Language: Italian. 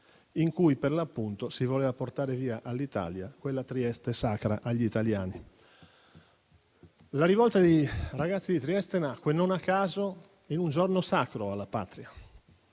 in cui, per l'appunto, si voleva portare via all'Italia quella Trieste sacra agli italiani. La rivolta di ragazzi di Trieste nacque non a caso, in un giorno sacro alla Patria.